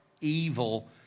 evil